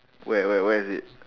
where where where is it